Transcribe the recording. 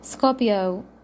Scorpio